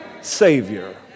Savior